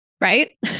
right